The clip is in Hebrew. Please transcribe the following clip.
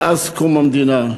מאז קום המדינה.